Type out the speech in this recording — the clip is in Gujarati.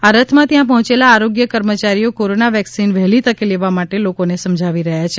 આ રથમાં ત્યાં પહોંચેલા આરોગ્ય કર્મચારીઓ કોરોના વેક્સિન વહેલી તકે લેવા માટે લોકોને સમજાવી રહ્યા છે